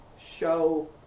show